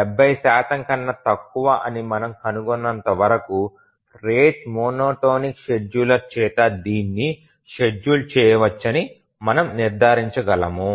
70 కన్నా తక్కువ అని మనము కనుగొన్నంతవరకు రేటు మోనోటోనిక్ షెడ్యూలర్ చేత దీనిని షెడ్యూల్ చేయవచ్చని మనము నిర్ధారించగలము